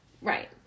Right